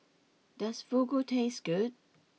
does Fugu taste good